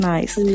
Nice